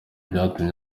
byatumye